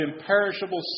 imperishable